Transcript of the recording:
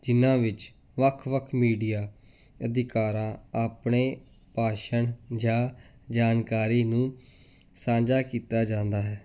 ਜਿਨ੍ਹਾਂ ਵਿੱਚ ਵੱਖ ਵੱਖ ਮੀਡੀਆ ਅਧਿਕਾਰਾਂ ਆਪਣੇ ਭਾਸ਼ਣ ਜਾਂ ਜਾਣਕਾਰੀ ਨੂੰ ਸਾਂਝਾ ਕੀਤਾ ਜਾਂਦਾ ਹੈ